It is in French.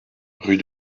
rue